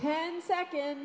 ten seconds